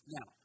Now